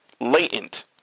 latent